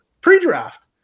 pre-draft